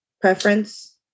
Preference